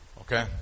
okay